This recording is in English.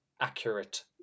accurate